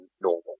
normal